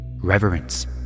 Reverence